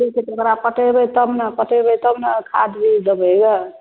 फेर ओकरा पटेबय तब नऽ पटेबय तब नऽ खाद बीज देबय ग